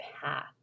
path